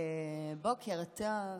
בוקר טוב.